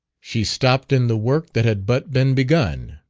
she stopped in the work that had but been begun.